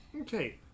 Okay